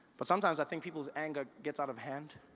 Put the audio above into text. but sometimes i think people's anger get's out of hand